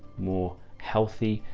more healthy,